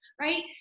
right